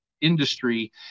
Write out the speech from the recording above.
industry